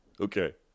Okay